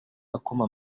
akoma